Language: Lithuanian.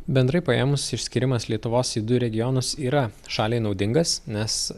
bendrai paėmus išskyrimas lietuvos į du regionus yra šaliai naudingas nes